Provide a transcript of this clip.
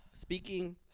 Speaking